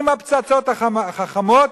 עם הפצצות החכמות,